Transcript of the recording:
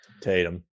Tatum